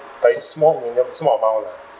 but is a small minimum small amount lah